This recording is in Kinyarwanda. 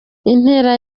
intera